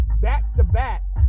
back-to-back